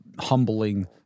humbling